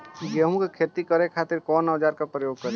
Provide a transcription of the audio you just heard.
गेहूं के खेती करे खातिर कवन औजार के प्रयोग करी?